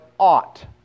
ought